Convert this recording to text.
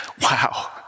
wow